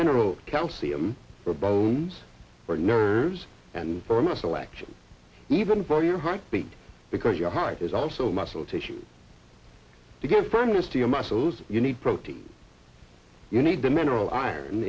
mineral calcium for bones for nerves and for my selection even for your heart beat because your heart is also muscle tissue to get firmness to your muscles you need protein you need the mineral iron